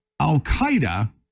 Al-Qaeda